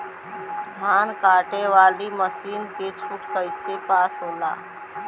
धान कांटेवाली मासिन के छूट कईसे पास होला?